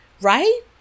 right